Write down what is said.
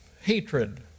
hatred